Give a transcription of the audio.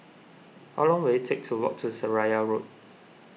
how long will it take to walk to Seraya Road